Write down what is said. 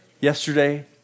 Yesterday